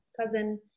cousin